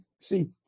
See